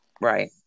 right